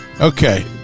Okay